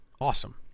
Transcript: Awesome